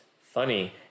funny